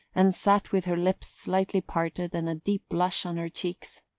and sat with her lips slightly parted and a deep blush on her cheeks.